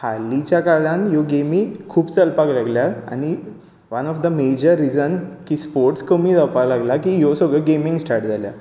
हालीच्या काळांत ह्यो गेमी खूब चलपाक लागल्यात आनी one of the major reason की स्पोर्ट्स कमी जावपाक लागलां की ह्यो सगल्यो गेमी स्टार्ट जाल्यात